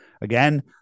Again